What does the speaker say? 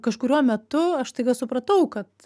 kažkuriuo metu aš staiga supratau kad